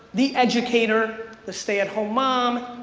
the educator, the stay-at-home mom,